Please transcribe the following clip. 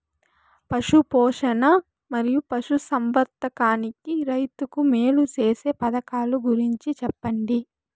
పశు పోషణ మరియు పశు సంవర్థకానికి రైతుకు మేలు సేసే పథకాలు గురించి చెప్పండి?